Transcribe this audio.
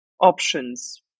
options